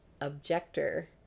objector